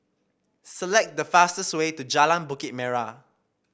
select the fastest way to Jalan Bukit Merah